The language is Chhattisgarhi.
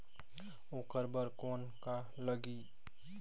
ओकर बर कौन का लगी?